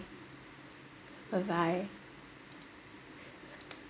bye bye